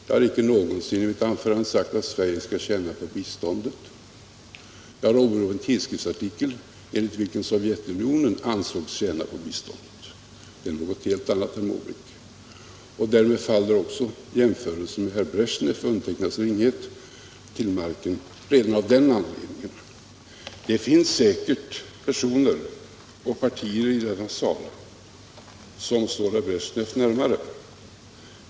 Jag har icke någonsin i mitt anförande sagt att Sverige skall tjäna på biståndet. Jag har åberopat en tidskriftsartikel, enligt vilken Sovjetunionen ansågs tjäna på biståndet. Det är en helt annan sak, herr Måbrink. Därmed faller jämförelsen mellan herr Brezjnev och min ringhet till marken redan av den anledningen. Det finns säkert personer och partier i denna sal som står herr Brezjnev närmare.